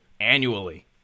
annually